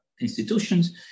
institutions